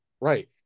right